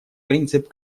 принцип